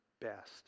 best